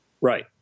Right